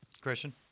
Christian